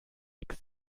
nix